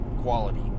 quality